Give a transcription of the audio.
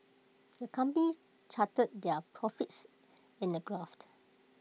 the company charted their profits in A graft